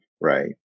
right